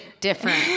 different